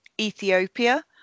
Ethiopia